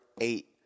eight